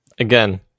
Again